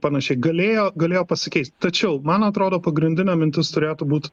panašiai galėjo galėjo pasikeist tačiau man atrodo pagrindinė mintis turėtų būt